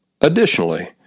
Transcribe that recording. Additionally